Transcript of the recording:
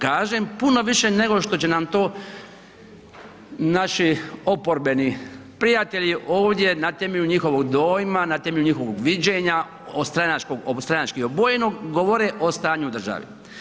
Kažem, puno više nego što će nam to naši oporbeni prijatelji ovdje na temelju njihovog dojma, na temelju njihovog viđenja stranački obojenog govore o stanju u državi.